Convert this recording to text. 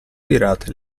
virate